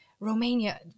Romania